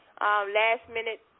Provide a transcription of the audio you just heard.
last-minute